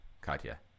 Katya